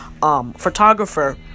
photographer